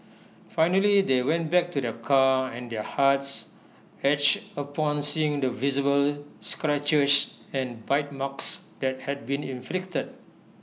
finally they went back to their car and their hearts ached upon seeing the visible scratches and bite marks that had been inflicted